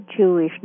Jewishness